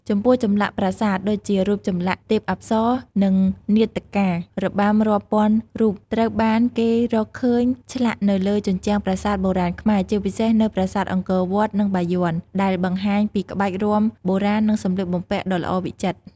ចំពោះ ចម្លាក់ប្រាសាទ ដូចជារូបចម្លាក់ទេពអប្សរ និងនាដការរបាំរាប់ពាន់រូបត្រូវបានគេរកឃើញឆ្លាក់នៅលើជញ្ជាំងប្រាសាទបុរាណខ្មែរ ជាពិសេសនៅប្រាសាទអង្គរវត្ត និងបាយ័ន ដែលបង្ហាញពីក្បាច់រាំបុរាណ និងសម្លៀកបំពាក់ដ៏ល្អវិចិត្រ។